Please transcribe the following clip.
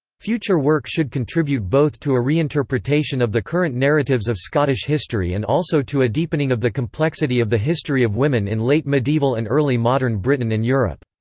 future work should contribute both to a reinterpretation of the current narratives of scottish history and also to a deepening of the complexity of the history of women in late medieval and early modern britain and europe.